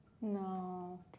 No